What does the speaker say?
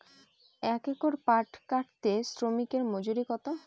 এক একর পাট কাটতে শ্রমিকের মজুরি কত?